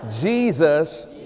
Jesus